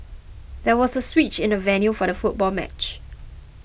there was a switch in the venue for the football match